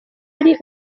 ari